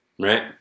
Right